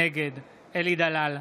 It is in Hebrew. נגד אלי דלל,